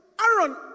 Aaron